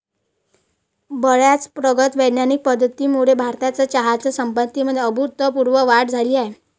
बर्याच प्रगत वैज्ञानिक पद्धतींमुळे भारताच्या चहाच्या संपत्तीमध्ये अभूतपूर्व वाढ झाली आहे